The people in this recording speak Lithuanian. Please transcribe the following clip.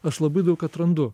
aš labai daug atrandu